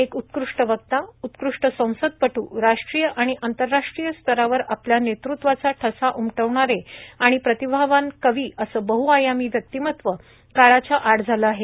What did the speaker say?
एक उत्कृष्ट वक्ता उत्कृष्ट संसदपदू राष्ट्रीय आणि आंतरराष्ट्रीय स्तरावर आपल्या नेतृत्वाचा ळसा उमटवणारे आणि प्रतिभावान कवी असं बद्दआयामी व्यक्तिमत्व काळाच्या आड झालं आहे